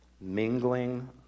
mingling